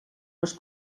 les